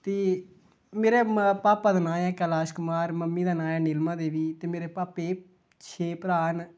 ते मेरे म पापा दा नांऽ ऐ कैलाश कुमार मम्मी दा नांऽ ऐ नीलमा देवी ते मेरे पापे छे भ्राऽ न